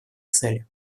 цели